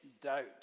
doubt